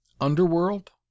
underworld